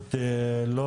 מראות לא